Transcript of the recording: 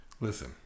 Listen